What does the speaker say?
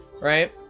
right